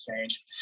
change